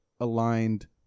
aligned